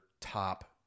top